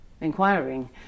inquiring